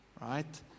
right